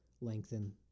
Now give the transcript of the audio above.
lengthen